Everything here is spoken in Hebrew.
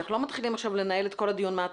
אנחנו לא מתחילים עכשיו לנהל את כל הדיון מהתחלה.